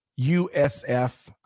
USF